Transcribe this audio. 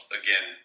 again